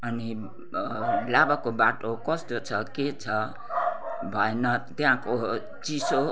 अनि लाभाको बाटो कस्तो छ के छ भएन त्यहाँको चिसो